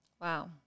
wow